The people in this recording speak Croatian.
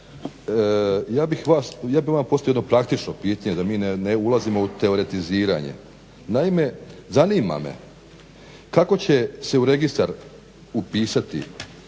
ja bi vama postavio jedno praktično pitanje da mi ne ulazimo u teoretiziranje. Naime, zanima me kako će se u registar upisati